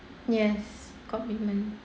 yes commitment